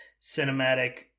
cinematic